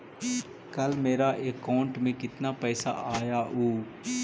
कल मेरा अकाउंटस में कितना पैसा आया ऊ?